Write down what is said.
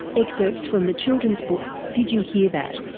excerpts from the children's book did you hear that?